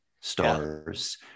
stars